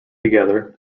together